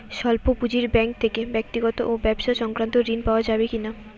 স্বল্প পুঁজির ব্যাঙ্ক থেকে ব্যক্তিগত ও ব্যবসা সংক্রান্ত ঋণ পাওয়া যাবে কিনা?